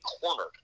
cornered